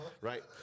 Right